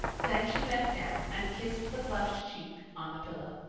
then she bent down and kissed the flushed cheek on the pillow.